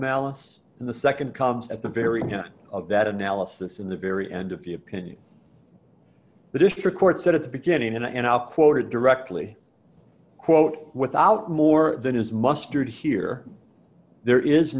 malice and the nd comes at the very end of that analysis in the very end of the opinion the district court said at the beginning in and out quoted directly quote without more than is mustard here there is